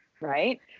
right